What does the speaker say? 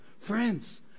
Friends